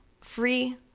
free